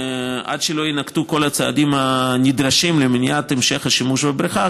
יינקטו כל הצעדים הנדרשים למניעת המשך השימוש בבריכה,